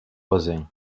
voisins